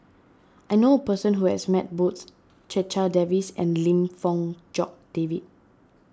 I know a person who has met both Checha Davies and Lim Fong Jock David